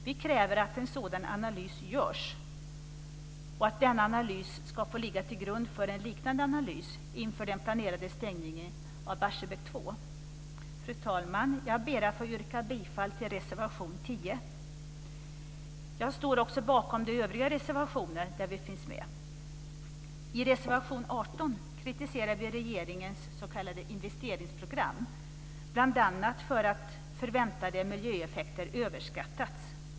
Vi kräver att en sådan analys görs och att denna analys ska få ligga till grund för en liknande analys inför den planerade stängningen av Barsebäck 2. Fru talman! Jag ber att få yrka bifall till reservation 10. Jag står också bakom de övriga reservationer där vi finns med. I reservation 18 kritiserar vi regeringens s.k. investeringsprogram, bl.a. för att förväntade miljöeffekter överskattats.